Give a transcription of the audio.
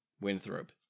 Winthrop